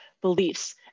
beliefs